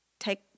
Take